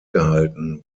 gehalten